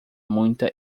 muita